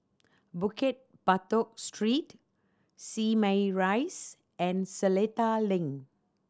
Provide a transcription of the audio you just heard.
Bukit Batok Street Simei Rise and Seletar Link